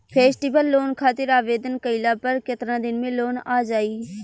Festival loan खातिर आवेदन कईला पर केतना दिन मे लोन आ जाई?